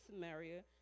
Samaria